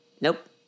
nope